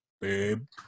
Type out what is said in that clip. babe